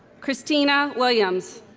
kristina williams